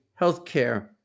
Healthcare